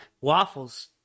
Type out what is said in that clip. waffles